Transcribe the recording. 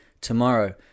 tomorrow